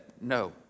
no